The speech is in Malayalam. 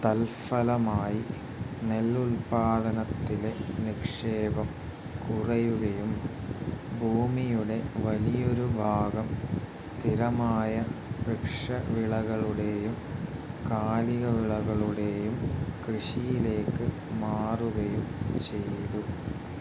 തൽഫലമായി നെല്ലുൽപ്പാദനത്തിലെ നിക്ഷേപം കുറയുകയും ഭൂമിയുടെ വലിയൊരു ഭാഗം സ്ഥിരമായ വൃക്ഷ വിളകളുടെയും കാലിക വിളകളുടെയും കൃഷിയിലേക്ക് മാറുകയും ചെയ്തു